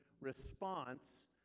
response